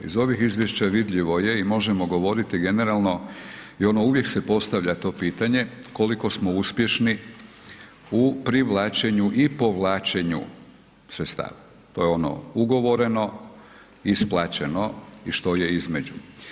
Iz ovih izvješća vidljivo je i možemo govoriti generalno i ono uvijek se postavlja to pitanje koliko smo uspješni u privlačenju i povlačenju sredstava, to je ono ugovoreno i isplaćeno i što je između.